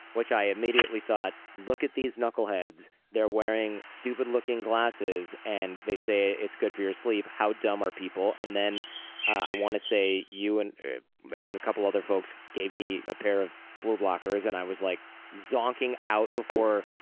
which i immediately thought, look at these knuckle-heads. they're wearing stupid looking glasses, and they say it's good for your sleep. how dumb are people? and then i want to say you and and a couple other folks gave me a pair of blue blockers, and i was like zonking out before.